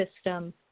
system